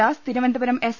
Das Thiruvananthapuram S